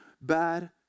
bad